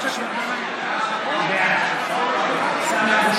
בעד סמי אבו